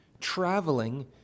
traveling